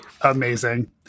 amazing